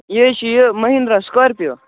یہِ حظ چھِ یہِ مٔہندرا سُکارپِیو